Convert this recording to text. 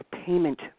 payment